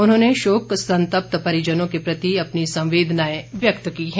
उन्होंने शोक संतप्त परिजनों के प्रति अपनी संवेदनाएं व्यक्त की है